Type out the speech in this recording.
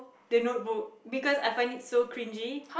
the Notebook because I find it so cringey